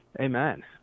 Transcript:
Amen